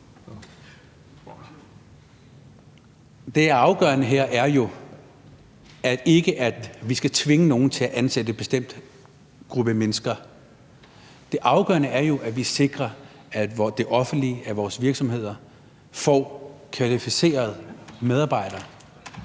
Det afgørende her er jo, at vi ikke skal tvinge nogen til at ansætte en bestemt gruppe mennesker. Det afgørende er jo, at vi sikrer, at det offentlige og vores virksomheder får kvalificerede medarbejdere.